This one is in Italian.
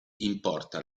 importa